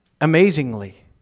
amazingly